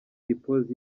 dimpoz